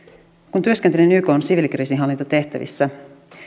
kun työskentelin ykn siviilikriisinhallintatehtävissä